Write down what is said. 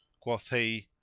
quoth he,